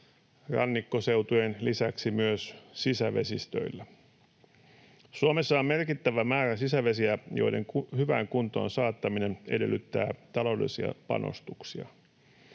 rannikkoseutujen lisäksi myös sisävesistöillä. Suomessa on merkittävä määrä sisävesiä, joiden hyvään kuntoon saattaminen edellyttää taloudellisia panostuksia.